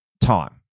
time